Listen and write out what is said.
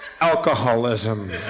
alcoholism